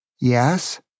yes